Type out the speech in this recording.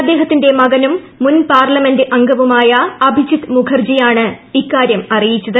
അദ്ദേഹത്തിന്റെ മകനും മുൻ പാർലമെന്റ് അംഗവുമായ അഭിജിത്ത് മുഖർജിയാണ് ഇക്കാര്യം അറിയിച്ചത്